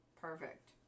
perfect